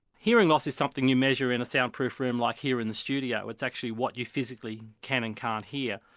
hearing loss is something that you measure in a soundproof room like here in the studio, it's actually what you physically can and can't hear.